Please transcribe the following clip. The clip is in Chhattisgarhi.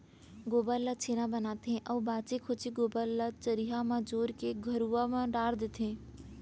गोबर ल छेना बनाथे अउ बांचे खोंचे गोबर ल चरिहा म जोर के घुरूवा म डार देथे